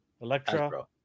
Electra